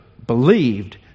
believed